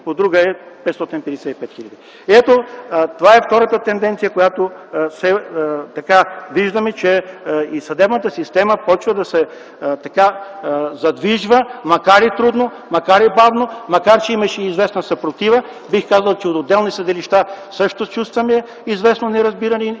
по друга – 555 хил. лв. Това е втората тенденция. Виждаме, че и съдебната система започва да се задвижва, макар и трудно, макар и бавно, макар че имаше известна съпротива. Бих казал, че от отделни съдилища чувстваме известно неразбиране